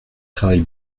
travaille